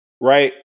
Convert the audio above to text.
Right